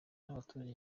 n’abaturage